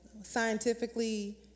scientifically